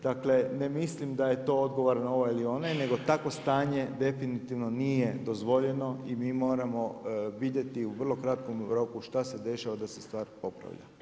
Dakle, ne mislim da je to odgovor na ovaj ili onaj, nego takvo stanje definitivno nije dozvoljeno i mi moramo vidjeti u vrlo kratkom roku šta se dešava da se stvar popravlja.